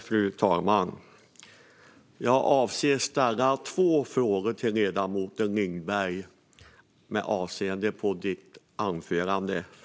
Fru talman! Jag avser att ställa två frågor till ledamoten Lindberg utifrån hennes anförande.